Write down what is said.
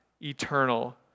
eternal